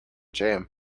jam